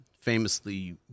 famously